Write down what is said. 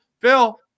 Phil